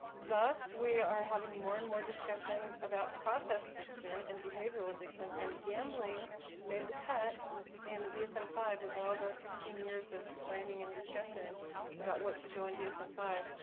thus we are having more and more discussions about process addiction and behavioral addiction and gambling made the cut in the dsm five with all the fifteen years of planning and discussion about what should go in dsm five,